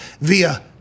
via